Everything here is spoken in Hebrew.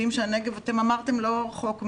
אמרתם לא רחוק מהאמת,